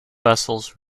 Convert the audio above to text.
vessels